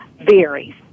varies